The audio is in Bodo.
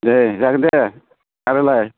दे जागोन दे आरोलाय